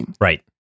right